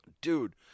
Dude